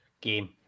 game